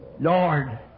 Lord